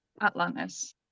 Atlantis